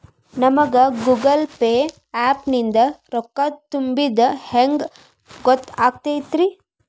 ನಮಗ Google Pay app ನಿಂದ ರೊಕ್ಕಾ ತುಂಬಿದ್ದ ಹೆಂಗ್ ಗೊತ್ತ್ ಆಗತೈತಿ?